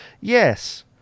yes